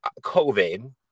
COVID